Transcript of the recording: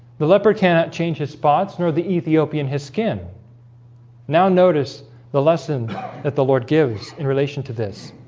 the leopard cannot change his spots nor the ethiopian his skin now notice the lesson that the lord gives in relation to this